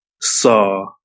saw